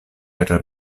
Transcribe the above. per